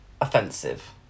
offensive